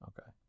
Okay